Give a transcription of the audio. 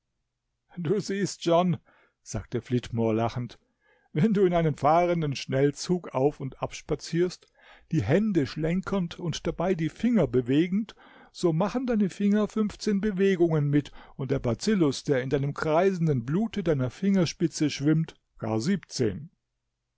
du siehst john sagte flitmore lachend wenn du in einem fahrenden schnellzug auf und ab spazierst die hände schlenkernd und dabei die finger bewegend so machen deine finger bewegungen mit und der bazillus der in deinem kreisenden blute deiner fingerspitze schwimmt gar